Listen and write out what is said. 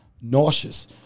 nauseous